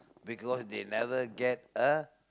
because they never get a